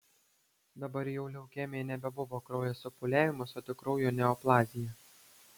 dabar jau leukemija nebebuvo kraujo supūliavimas o tik kraujo neoplazija